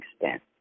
extent